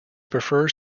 prefers